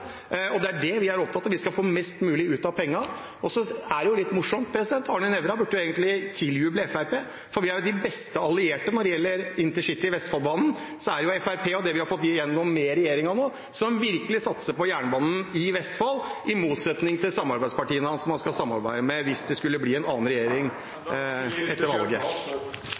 Det er det vi er opptatt av – at vi skal få mest mulig ut av pengene. Så er det jo litt morsomt: Arne Nævra burde egentlig tiljuble Fremskrittspartiet, for vi er de beste allierte når det gjelder intercity og Vestfoldbanen. Det er jo Fremskrittspartiet, med det vi har fått igjennom med regjeringen nå, som virkelig satser på jernbanen i Vestfold, i motsetning til partiene han skal samarbeide med hvis det skulle bli en annen regjering etter valget.